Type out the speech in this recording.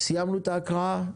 סיימנו את ההקראה?